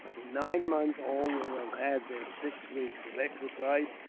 in nine months, all will have had their six weeks of exercise,